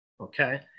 Okay